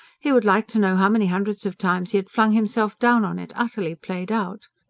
he would like to know how many hundreds of times he had flung himself down on it, utterly played out.